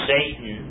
Satan